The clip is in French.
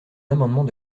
amendement